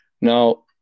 Now